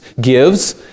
gives